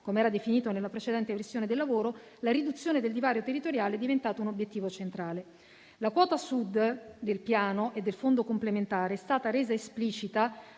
come era definito nella precedente versione del lavoro la riduzione del divario territoriale, è diventato un obiettivo centrale. La quota Sud del Piano e del fondo complementare è stata resa esplicita